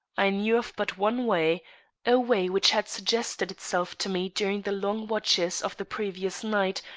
i knew of but one way a way which had suggested itself to me during the long watches of the previous night,